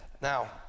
Now